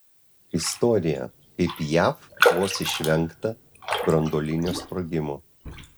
istorija kaip jav vos išvengta branduolinio sprogimo